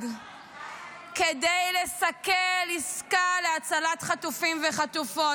כדי לסכל עסקה להצלת חטופים וחטופות.